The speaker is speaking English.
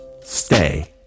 stay